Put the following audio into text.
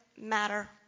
matter